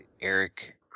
Eric